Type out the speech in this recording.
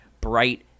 bright